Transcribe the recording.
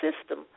system